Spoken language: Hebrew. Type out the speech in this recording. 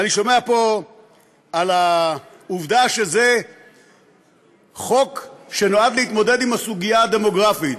אני שומע פה על העובדה שזה חוק שנועד להתמודד עם הסוגיה הדמוגרפית.